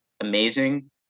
amazing